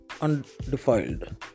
undefiled